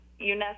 UNESCO